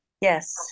Yes